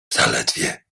zaledwie